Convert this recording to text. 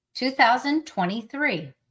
2023